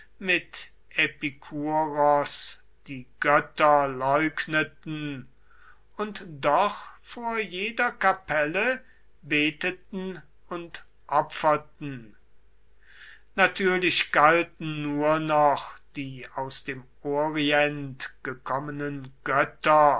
mit epikuros die götter leugneten und doch vor jeder kapelle beteten und opferten natürlich galten nur noch die aus dem orient gekommenen götter